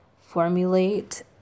formulate